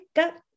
up